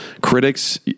critics